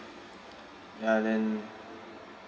ya then